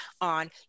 on